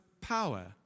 power